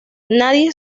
nadie